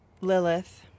Lilith